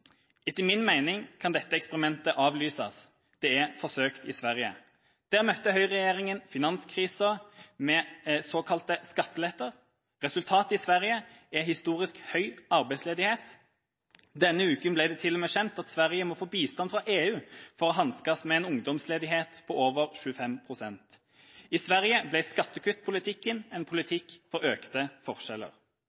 Etter min mening kan dette eksperimentet avlyses, for det er forsøkt i Sverige. Der møtte høyreregjeringa finanskrisa med såkalte skatteletter. Resultatet i Sverige er historisk høy arbeidsledighet. Denne uka ble det til og med kjent at Sverige må få bistand fra EU for å hanskes med en ungdomsledighet på over 25 pst. I Sverige ble skattekuttpolitikken en